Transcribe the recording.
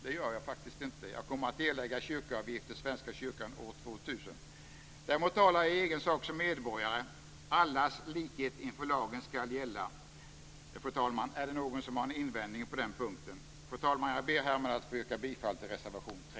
Det gör jag faktiskt inte: Jag kommer att erlägga kyrkoavgift till Svenska kyrkan år 2000. Däremot talar jag i egen sak som medborgare: Allas likhet inför lagen ska gälla. Är det någon som har en invändning på den punkten? Fru talman! Jag ber härmed att få yrka bifall till reservation 3.